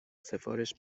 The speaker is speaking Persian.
سفارش